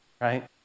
right